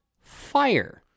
fire